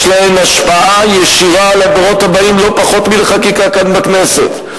יש להן השפעה ישירה על הדורות הבאים לא פחות מחקיקה כאן בכנסת.